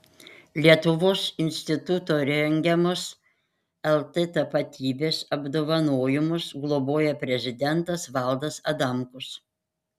lietuvos instituto rengiamus lt tapatybės apdovanojimus globoja prezidentas valdas adamkus